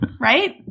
Right